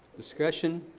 discussion.